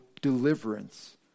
deliverance